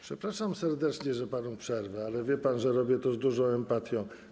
Przepraszam serdecznie, że panu przerwę, ale wie pan, że robię to z dużą empatią.